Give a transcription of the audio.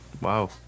Wow